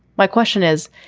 my question is,